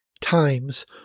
times